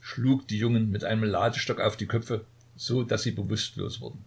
schlug die jungen mit einem ladestock auf die köpfe so daß sie bewußtlos wurden